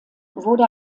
wurde